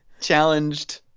challenged